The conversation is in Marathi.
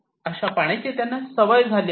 अशा पाण्याची त्यांना सवय झाली आहे